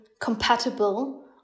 compatible